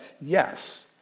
yes